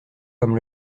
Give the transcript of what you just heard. comme